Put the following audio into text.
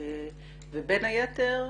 ובין היתר,